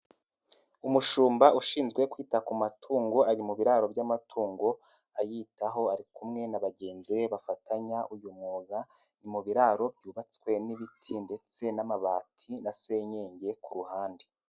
Umushumba ushinzwe kwita ku matungo ari mu biraro by'amatungo ayitaho, ari kumwe na bagenzi be bafatanya uyu mwuga ni mu biraro byubatswe n'ibiti ndetse n'amabati na senyenge ku ruhande.